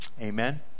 Amen